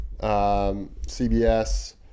CBS